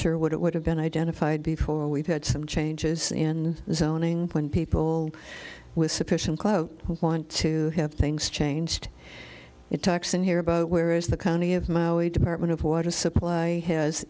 sure what it would have been identified before we've had some changes in zoning when people with sufficient clout want to have things changed it talks in here about where is the county of maui department of water supply has